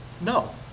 No